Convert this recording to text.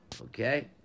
Okay